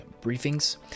Briefings